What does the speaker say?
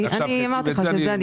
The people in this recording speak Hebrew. אמרתי לך, אני אבדוק.